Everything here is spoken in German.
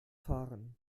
fahren